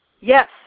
Yes